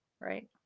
right